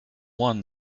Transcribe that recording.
won